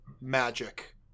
magic